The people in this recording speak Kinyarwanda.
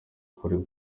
kuri